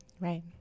Right